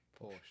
Porsche